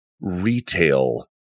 retail